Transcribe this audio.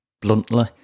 bluntly